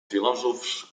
filòsofs